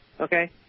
Okay